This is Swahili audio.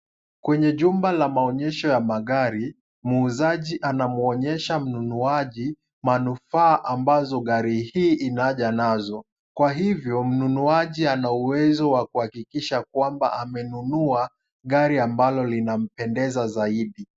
Kwenye jumba la maonyesho ya magari, muuzaji anamuonyesha mnunuaji manufaa ambazo gari hii inaja nazo, kwa hivyo mnunuaji ana uwezo wa kuhakikisha kwamba amenunua gari ambalo linampendeza zaidi.